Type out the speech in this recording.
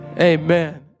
amen